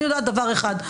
אני יודעת דבר אחד,